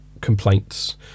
complaints